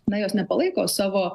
na jos nepalaiko savo